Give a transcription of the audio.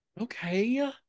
Okay